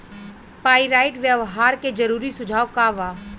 Pyrite व्यवहार के जरूरी सुझाव का वा?